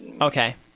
Okay